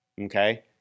Okay